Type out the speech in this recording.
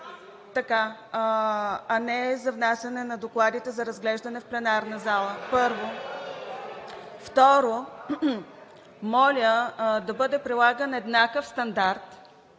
а не за внасяне на докладите за разглеждане в пленарната зала, първо. Второ, моля да бъде прилаган еднакъв стандарт